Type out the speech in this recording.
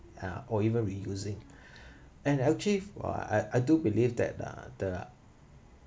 uh or even reusing and actually or I I do believe that uh the